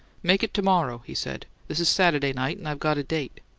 make it to-morrow, he said. this is satad'y night and i got a date.